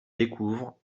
découvre